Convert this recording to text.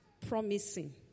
promising